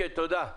טוב, תודה.